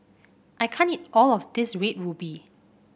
I can't eat all of this Red Ruby